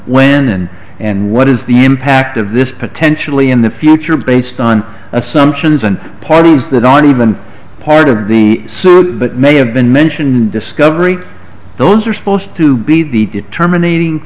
when and what is the impact of this potentially in the future based on assumptions and parties that already been part of the suit but may have been mentioned discovery those are supposed to be the determining